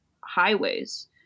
highways